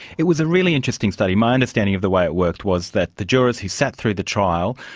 it was a really interesting study. my understanding of the way it worked was that the jurors who sat through the trial,